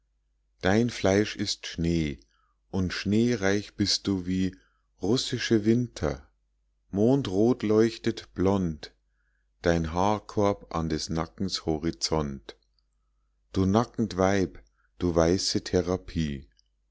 dein fleisch ist schnee und schneereich bist du wie russische winter mondrot leuchtet blond dein haarkorb an des nackens horizont du nackend weib du weiße therapie